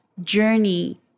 journey